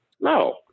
No